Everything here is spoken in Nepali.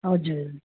हजुर